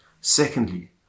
secondly